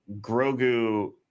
Grogu